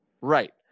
right